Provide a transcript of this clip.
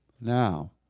now